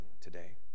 today